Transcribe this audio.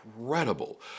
incredible